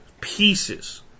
pieces